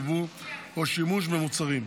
יבוא או שימוש במוצרים.